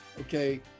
okay